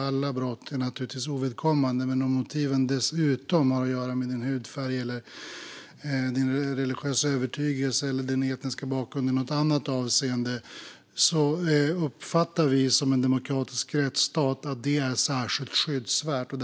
Alla brott är naturligtvis allvarliga, men om motivet dessutom har att göra med din hudfärg, religiösa övertygelse, etniska bakgrund eller något annat uppfattar vi som demokratisk rättsstat att det finns en särskild skyddsgrund.